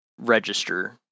register